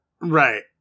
Right